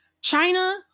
China